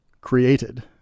Created